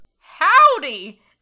Howdy